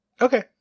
okay